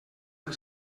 del